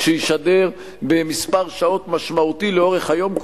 שישדר במספר שעות משמעותי לאורך היום,